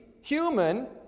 human